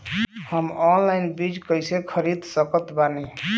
हम ऑनलाइन बीज कइसे खरीद सकत बानी?